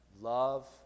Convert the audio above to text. love